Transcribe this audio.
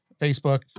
Facebook